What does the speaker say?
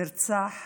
נרצח